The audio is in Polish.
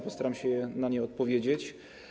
Postaram się na nie odpowiedzieć.